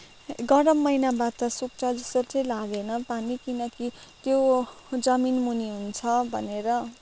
गरम महिनामा त सुक्छ जस्तो चाहिँ लागेन पानी किनकि त्यो जमिन मुनि हुन्छ भनेर